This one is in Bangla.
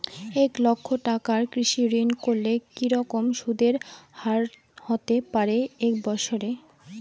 এক লক্ষ টাকার কৃষি ঋণ করলে কি রকম সুদের হারহতে পারে এক বৎসরে?